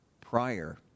Prior